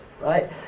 right